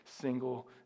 single